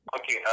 Okay